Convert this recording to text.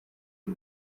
iri